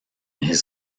his